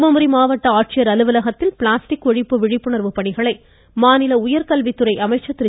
தர்மபுரி மாவட்ட ஆட்சியர் அலுவலகத்தில் பிளாஸ்டிக் ஒழிப்பு விழிப்புணர்வு பணிகளை மாநில உயர்கல்வித்துறை அமைச்சர் திரு